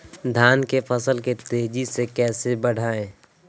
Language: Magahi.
धान की फसल के तेजी से कैसे बढ़ाएं?